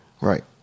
Right